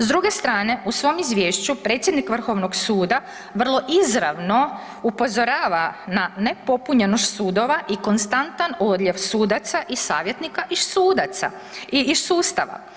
S druge strane u svom Izvješću predsjednik Vrhovnog suda vrlo izravno upozorava na nepopunjenost sudova i konstantan odljev sudaca i savjetnika iz sustava.